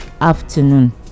afternoon